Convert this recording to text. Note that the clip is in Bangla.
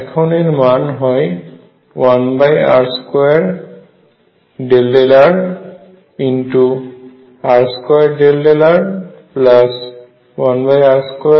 এখন এর মান হয় 1r2∂rr2∂r1r2